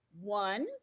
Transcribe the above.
one